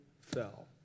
fell